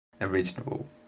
original